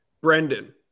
brendan